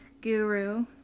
guru